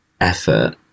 effort